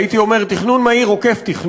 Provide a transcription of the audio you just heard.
הייתי אומר: תכנון מהיר עוקף-תכנון,